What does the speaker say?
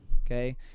okay